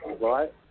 right